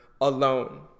alone